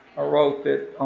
ah wrote that